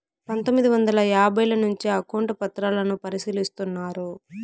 పందొమ్మిది వందల యాభైల నుంచే అకౌంట్ పత్రాలను పరిశీలిస్తున్నారు